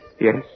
Yes